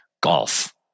golf